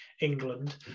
England